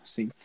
Sim